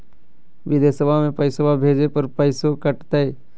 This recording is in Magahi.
बिदेशवा मे पैसवा भेजे पर पैसों कट तय?